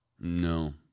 no